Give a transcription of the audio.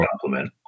compliment